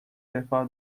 defa